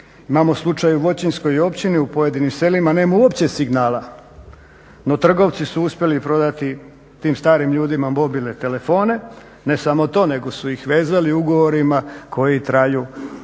Imamo slučaj u Voćinskoj općini u pojedinim selima nema uopće signala, no trgovci su uspjeli prodati tim starim ljudima mobilne telefone. Ne samo to, nego su ih vezali ugovorima koji traju 12